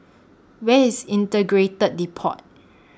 Where IS Integrated Depot